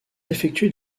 effectués